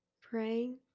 Praying